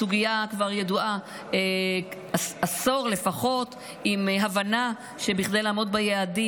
הסוגיה ידועה כבר עשור לפחות עם הבנה שכדי לעמוד ביעדים